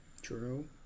True